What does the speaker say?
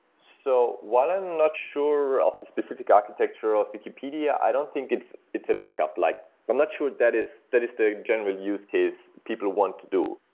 so while i'm not sure of the specific architecture of wikipedia, i don't think it's it's ah backup. like i'm not sure that is that is the general use case people want to do.